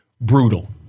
brutal